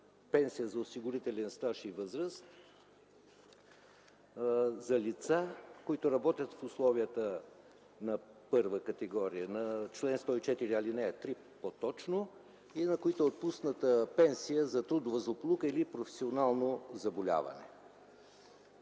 пенсия за осигурителен стаж и възраст за лица, които работят в условията на първа категория – на чл. 104, ал. 3, по-точно, и на които е отпусната пенсия за трудова злополука или професионално заболяване.